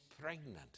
pregnant